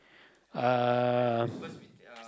uh